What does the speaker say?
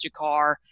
Jakar